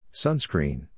Sunscreen